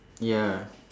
ya